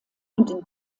und